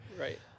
Right